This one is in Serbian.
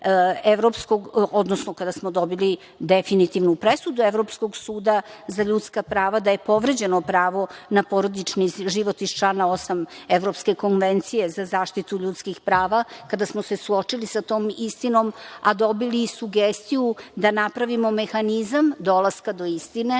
odnosno kada smo dobili definitivnu presudu Evropskog suda za ljudska prava da je povređeno pravo na porodični život iz člana 8. Evropske konvencije za zaštitu ljudskih prava, kada smo se suočili sa tom istinom, a dobili sugestiju da napravimo mehanizam, dolaska do istine,